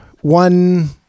one